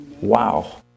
Wow